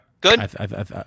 Good